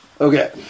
Okay